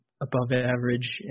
above-average